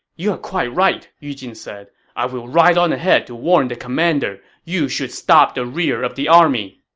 you're quite right, yu jin said. i will ride on ahead to warn the commander. you should stop the rear of the army.